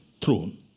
throne